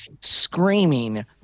screaming